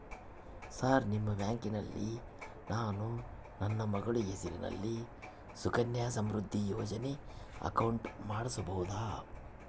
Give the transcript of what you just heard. Sir ನಿಮ್ಮ ಬ್ಯಾಂಕಿನಲ್ಲಿ ನಾನು ನನ್ನ ಮಗಳ ಹೆಸರಲ್ಲಿ ಸುಕನ್ಯಾ ಸಮೃದ್ಧಿ ಯೋಜನೆ ಅಕೌಂಟ್ ಮಾಡಿಸಬಹುದಾ?